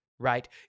Right